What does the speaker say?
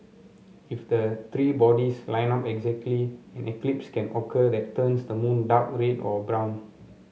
if the three bodies line up exactly an eclipse can occur that turns the moon dark red or brown